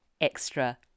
extra